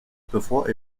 bevor